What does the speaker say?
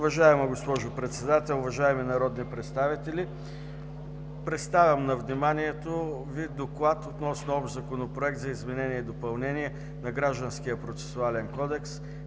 Уважаема госпожо Председател, уважаеми народни представители! Представям на вниманието Ви доклад относно Общ законопроект за изменение и допълнение на Гражданския процесуален кодекс,